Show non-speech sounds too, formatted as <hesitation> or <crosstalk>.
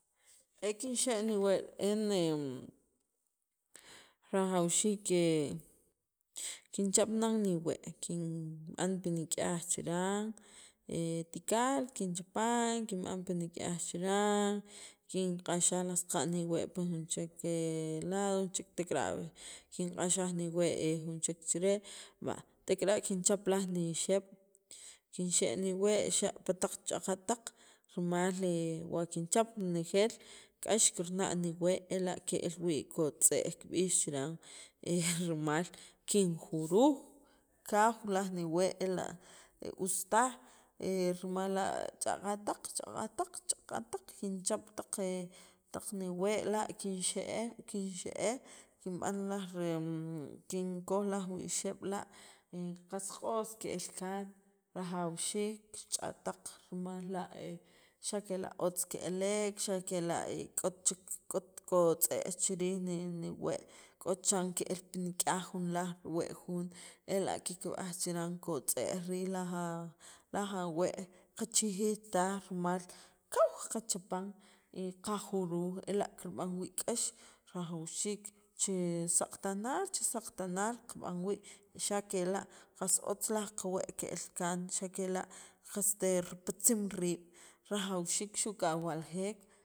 <noise> <hesitation> e kin xa ni wee' re'en <hesitation> rajawxiik que kinchap nan ni wee' kinb'an pinikyaj chiran <hesitation> tikal kin chapan kin b'an pinikyaj chiran kin q'axaaj laj saq'an niwee' pi jun chek <hesitation> lado che tikara' kin q'axaaj ni wee' jun chek chere b'a' tikara' kinchap laj ni xiyeb' kin xe niwee' xapa' taq ch'aqataq rimal le wa' kinchaap nejeel k'ax kirna niwee' ela' kel wii' kot'zeej kib'iix chiran er maal kinjuruuj kawuj laj niwee' ela' us taaj <hesitation> rimal la ch'aqataq ch'aqataq ch'aqataq kin chap taq <hesitation> niwee' la kin xeej kin xeej kinb'an laj kinkooj laj wii' xiyeb' la kin qas q'os keel kaan rajawxiik ch'ataq rimal la <hesitation> xa kela' otz' ke'leek xa kela' k'ot tichek k'ot kotz'eej chiriij niwee' k'o chan keel pinkyaj jun laj ru wee' jun ela' ki kib'aaj richaran kotz'eej riij laja laja awee' kachijiij taaj rimal kuuw ka chapaan e qa juruuj ela' kirb'an wii' k'ax rajawxiik che saq'tanaal chi saq'tanaal kab'an wii' xa kela' kas otz' laj kawee' kel kaan xa kela' kaste ripatziim riib' rajawxiik xu kaaj waljeek.